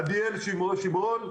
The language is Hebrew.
עדיאל שמרון: